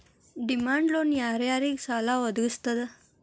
Demand loan ಯಾರ್ ಯಾರಿಗ್ ಸಾಲಾ ವದ್ಗಸ್ತದ?